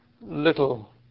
little